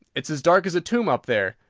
it is as dark as a tomb up there.